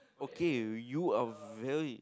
okay you are very